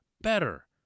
better